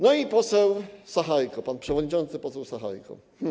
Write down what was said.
No i poseł Sachajko, pan przewodniczący poseł Sachajko.